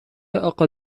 اقا